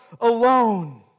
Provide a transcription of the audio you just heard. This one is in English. alone